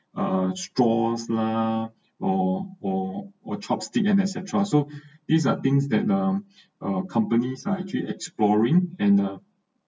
uh straw lah or or or chopstick and et cetera so these are things that um uh companies are actually exploring and uh